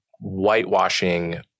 whitewashing